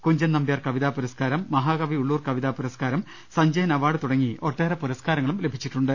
കുഞ്ചൻ നമ്പ്യാർ കവിതാ പുരസ്കാരം മഹാകവി ഉള്ളൂർ കവിതാ പുരസ്കാരം സഞ്ചയൻ അവാർഡ് തുടങ്ങി ഒട്ടേറെ പുരസ്കാരങ്ങൾ ലഭി ച്ചിട്ടുണ്ട്